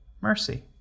mercy